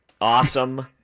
Awesome